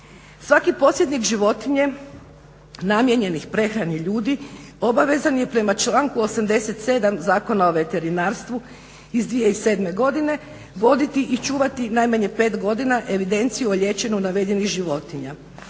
Svaki podsjetnik životinje namijenjenih prehrani ljudi obavezan je prema članku 87. Zakona o veterinarstvu iz 2007. godine voditi i čuvati najmanje 5 godina evidenciju o liječenju navedenih životinja.